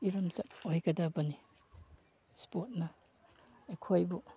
ꯏꯔꯝꯆꯠ ꯑꯣꯏꯒꯗꯕꯅꯤ ꯏꯁꯄꯣꯔꯠꯅ ꯑꯩꯈꯣꯏꯕꯨ